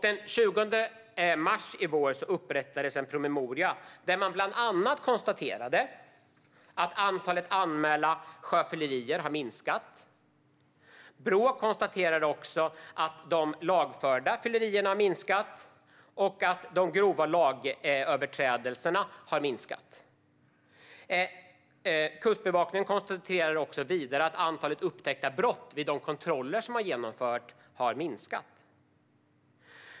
Den 20 mars i år upprättades en promemoria där man bland annat konstaterade att antalet anmälda sjöfyllerier har minskat. Brå konstaterar också att de lagförda sjöfyllerierna har minskat och att de grova lagöverträdelserna har minskat. Vidare konstaterar Kustbevakningen att andelen upptäckta brott vid de kontroller som man genomfört har minskat.